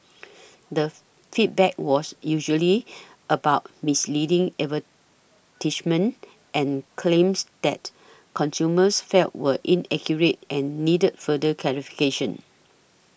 the feedback was usually about misleading advertisements and claims that consumers felt were inaccurate and needed further clarification